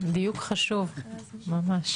דיוק חשוב ממש.